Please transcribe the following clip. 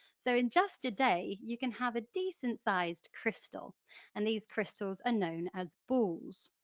so in just a day you can have a decent sized crystal and these crystals are known as boules.